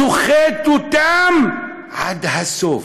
סוחט אותם עד הסוף.